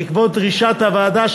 בעקבות דרישת הוועדה,